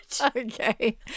Okay